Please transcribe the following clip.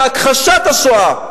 זה הכחשת השואה,